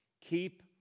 Keep